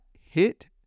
hit